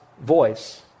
voice